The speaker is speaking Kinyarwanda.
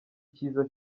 kiza